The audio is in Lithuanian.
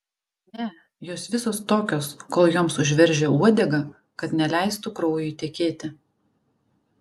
ne jos visos tokios kol joms užveržia uodegą kad neleistų kraujui tekėti